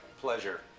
pleasure